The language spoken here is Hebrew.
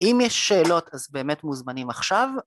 אם יש שאלות אז באמת מוזמנים עכשיו